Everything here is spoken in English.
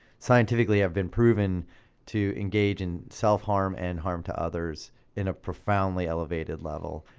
scientifically have been proven to engage in self-harm and harm to others in a profoundly elevated level.